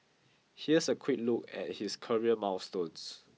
here's a quick look at his career milestones